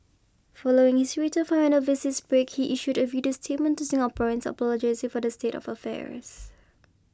following his return from an overseas break he issued a video statement to Singaporeans apologising for the state of affairs